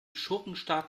schurkenstaat